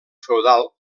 feudal